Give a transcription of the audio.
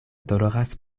doloras